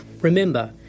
remember